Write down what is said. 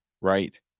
Right